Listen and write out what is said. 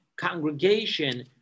congregation